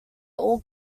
all